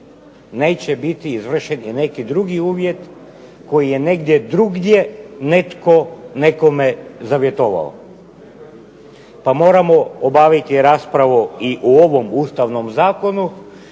neće biti izvršeni neki drugi uvjet koji je negdje drugdje netko nekome zavjetovao. Pa moramo obaviti raspravu i o ovom ustavnom zakonu